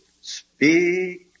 Speak